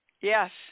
Yes